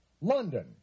London